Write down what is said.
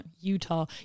Utah